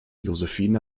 josephine